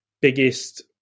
biggest